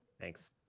Thanks